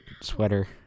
sweater